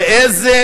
ובאיזו